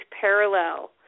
parallel